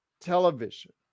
television